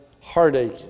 heartache